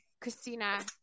Christina